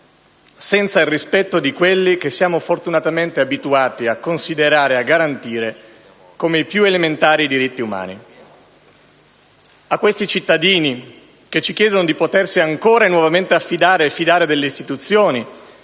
senza il rispetto di quelli che siamo fortunatamente abituati a considerare e a garantire come i più elementari diritti umani. A questi cittadini che ci chiedono di potersi ancora e nuovamente affidare e fidare delle istituzioni,